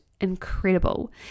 incredible